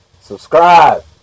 subscribe